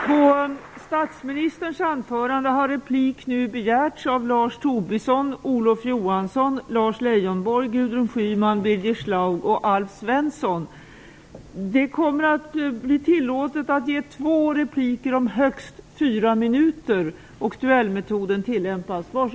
På statsministerns anförande har replik begärts av Det kommer att bli tillåtet att ge två repliker om högst fyra minuter. Duellmetoden tillämpas.